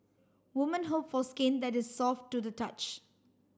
woman hope for skin that is soft to the touch